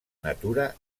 natura